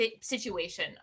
situation